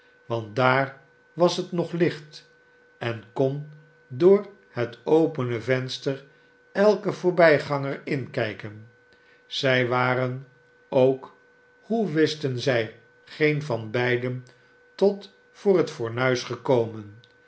want daar was het nog licht en kon door het opene venster elke voorbijganger inkijken zij waren ook hoe wisten zij geen van beiden tot voor het fornuis gekomen